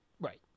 Right